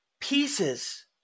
pieces